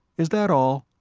is that all?